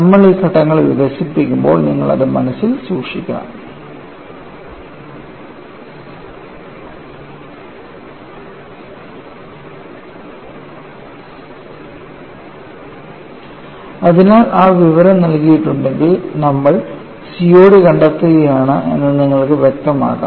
നമ്മൾ ഈ ഘട്ടങ്ങൾ വികസിപ്പിക്കുമ്പോൾ നിങ്ങൾ അത് മനസ്സിൽ സൂക്ഷിക്കണം അതിനാൽ ആ വിവരം നൽകിയിട്ടുണ്ടെങ്കിൽ നമ്മൾ COD കണ്ടെത്തുകയാണെന്ന് നിങ്ങൾക്ക് വ്യക്തമാക്കാം